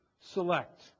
select